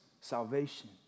salvation